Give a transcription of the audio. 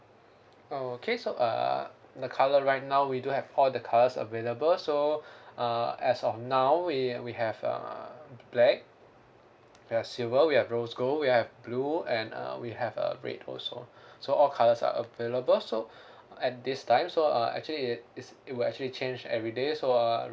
okay so uh the colour right now we do have all the colours available so uh as of now we we have uh black we have silver we have rose gold we have blue and uh we have uh red also so all colours are available so at this time so uh actually it is it will actually change everyday so uh